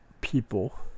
people